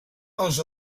als